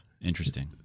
Interesting